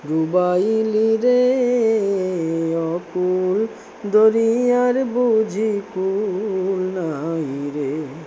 ডুবাইলি রে অকূল দরিয়ার বুঝি কূল নাই রে